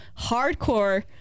hardcore